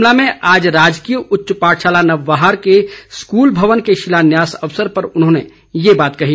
शिमला में आज राजकीय उच्च पाठशाला नवबहार के स्कूल भवन के शिलान्यास अवसर पर उन्होंने ये बात कही